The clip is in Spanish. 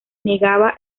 negaba